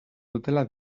dutela